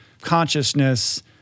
consciousness